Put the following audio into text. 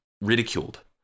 ridiculed